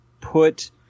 put